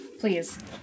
Please